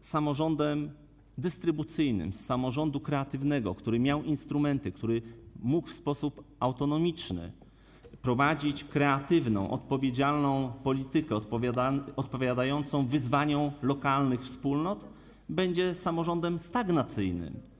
samorządem dystrybucyjnym, z samorządu kreatywnego, który miał instrumenty, który mógł w sposób autonomiczny prowadzić kreatywną, odpowiedzialną politykę odpowiadającą wyzwaniom lokalnych wspólnot, stanie się samorządem stagnacyjnym.